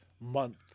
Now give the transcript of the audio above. month